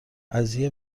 قضیه